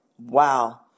Wow